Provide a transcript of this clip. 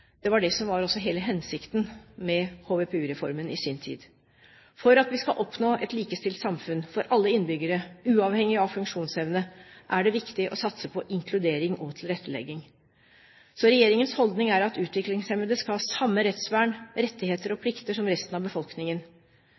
Det var det som var hele hensikten med HVPU-reformen i sin tid. For at vi skal oppnå et likestilt samfunn for alle innbyggere, uavhengig av funksjonsevne, er det viktig å satse på inkludering og tilrettelegging. Så regjeringens holdning er at utviklingshemmede skal ha samme rettsvern, rettigheter og plikter som resten av befolkningen.